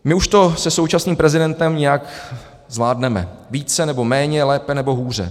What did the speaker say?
My už to se současným prezidentem nějak zvládneme, více, nebo méně, lépe, nebo hůře.